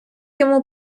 йому